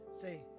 Say